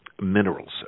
Minerals